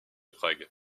prague